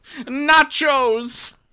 Nachos